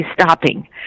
stopping